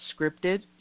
scripted